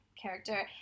character